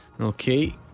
Okay